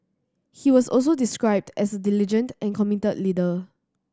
he was also described as a diligent and committed leader